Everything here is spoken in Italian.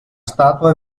statua